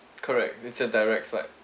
correct this a direct flight